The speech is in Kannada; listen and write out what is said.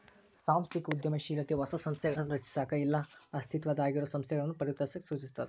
ಸಾಂಸ್ಥಿಕ ಉದ್ಯಮಶೇಲತೆ ಹೊಸ ಸಂಸ್ಥೆಗಳನ್ನ ರಚಿಸಕ ಇಲ್ಲಾ ಅಸ್ತಿತ್ವದಾಗಿರೊ ಸಂಸ್ಥೆಗಳನ್ನ ಪರಿವರ್ತಿಸಕ ಸೂಚಿಸ್ತದ